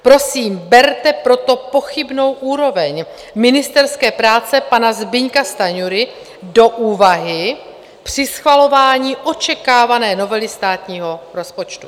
Prosím, berte proto pochybnou úroveň ministerské práce pana Zbyňka Stanjury v úvahu při schvalování očekávané novely státního rozpočtu.